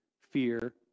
fear